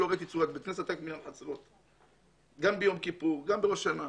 כך גם ביום כיפור ובראש השנה.